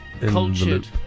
cultured